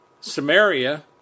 Samaria